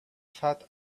fat